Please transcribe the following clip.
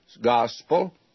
gospel